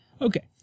Okay